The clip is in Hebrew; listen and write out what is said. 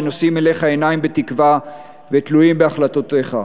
שנושאים אילך עיניים בתקווה ותלויים בהחלטותיך.